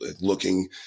looking